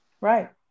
right